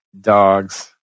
dogs